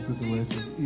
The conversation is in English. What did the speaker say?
Situations